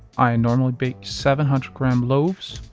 i normally bake seven hundred gram loaves.